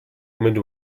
mit